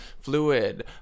fluid